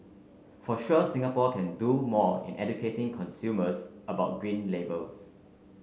for sure Singapore can do more in educating consumers about Green Labels